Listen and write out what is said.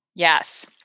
Yes